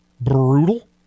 brutal